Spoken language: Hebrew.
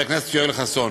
חבר הכנסת יואל חסון.